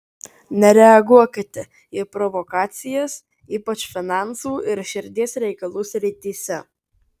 nereaguokite į provokacijas ypač finansų ir širdies reikalų srityse